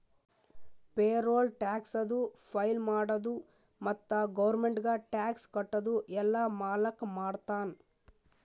payroll ಟ್ಯಾಕ್ಸದು file ಮಾಡದು ಮತ್ತ ಗೌರ್ಮೆಂಟ್ಗ ಟ್ಯಾಕ್ಸ್ ಕಟ್ಟದು ಎಲ್ಲಾ ಮಾಲಕ್ ಮಾಡ್ತಾನ್